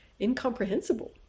incomprehensible